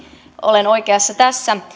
olen oikeassa tässä